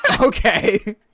okay